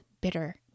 bitter